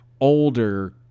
older